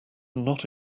not